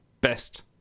best